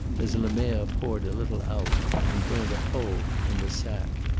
as lemerre poured a little out and burnt a hole in the sack.